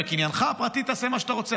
בקניינך הפרטי תעשה מה שאתה רוצה,